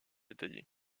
détaillé